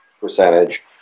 percentage